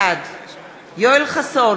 בעד יואל חסון,